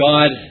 God